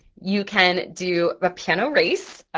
you can do a piano race,